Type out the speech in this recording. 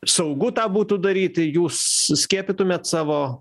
saugu tą būtų daryt tai jūs skiepytumėt savo